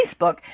Facebook